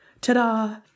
Ta-da